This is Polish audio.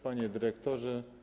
Panie Dyrektorze!